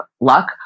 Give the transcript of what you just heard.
luck